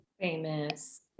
famous